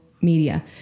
media